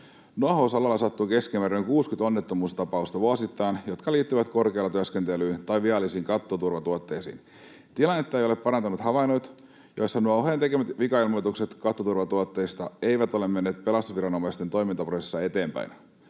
Nuohousalalla sattuu vuosittain keskimäärin 60 onnettomuustapausta, jotka liittyvät korkealla työskentelyyn tai viallisiin kattoturvatuotteisiin. Tilannetta eivät ole parantaneet havainnot, joissa nuohoojan tekemät vikailmoitukset kattoturvatuotteista eivät ole menneet pelastusviranomaisten toimintaprosessissa eteenpäin.